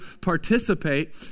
participate